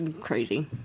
crazy